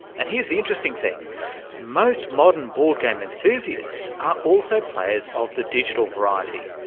and here's the interesting thing most modern board game enthusiasts are also players of the digital variety.